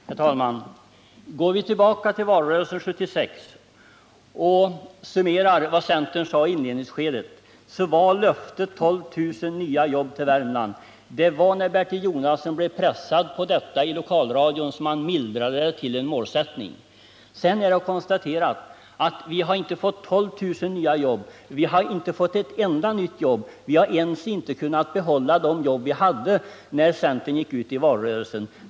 Herr talman! Går vi tillbaka till valrörelsen 1976 och summerar vad centern sade i inledningsskedet finner vi att löftet var 12 000 nya jobb till Värmland. Det var när Bertil Jonasson blev pressad på detta i lokalradion som han mildrade det till en målsättning. Sedan är det att konstatera att vi har inte fått 12 000 nya jobb. Vi har inte fått ett enda nytt jobb. Vi har inte ens kunnat behålla de jobb vi hade när centern gick ut i valrörelsen.